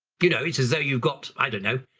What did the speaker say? you know it's as though you've got, i don't know,